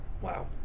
Wow